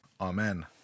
Amen